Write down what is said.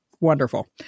wonderful